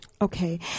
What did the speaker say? Okay